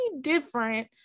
different